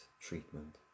treatment